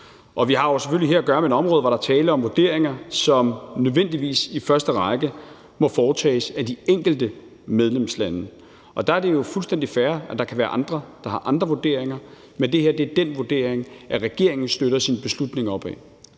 Vi har jo selvfølgelig her at gøre med et område, hvor der er tale om vurderinger, som nødvendigvis i første række må foretages af de enkelte medlemslande, og der er det jo fuldstændig fair, at der kan være andre, der har andre vurderinger, men det her er den vurdering, regeringen støtter sin beslutning op ad.